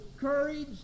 courage